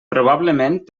probablement